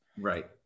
Right